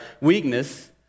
weakness